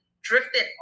drifted